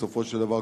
בסופו של דבר,